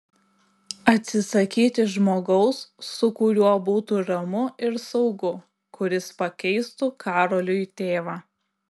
atsisakyti žmogaus su kuriuo būtų ramu ir saugu kuris pakeistų karoliui tėvą